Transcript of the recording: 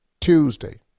Tuesday